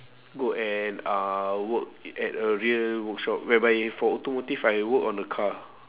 go and uh work at a real workshop whereby for automotive I work on the car